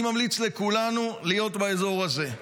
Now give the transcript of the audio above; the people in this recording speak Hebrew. אני ממליץ לכולנו להיות באזור הזה,